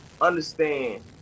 understand